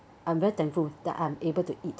I'm very thankful that I'm able to eat